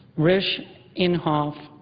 risch inhofe,